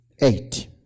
eight